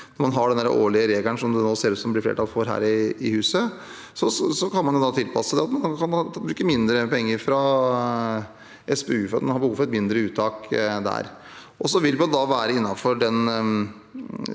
Når man har den årlige regelen, som det nå ser ut som det blir flertall for her i huset, kan man tilpasse den og bruke mindre penger fra SPU, fordi man har behov for et mindre uttak der. Så vil det være innenfor en